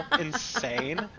insane